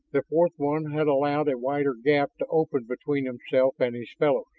the fourth one had allowed a wider gap to open between himself and his fellows.